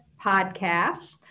podcast